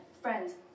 Friends